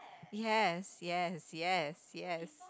yes yes yes yes